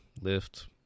lift